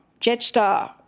Jetstar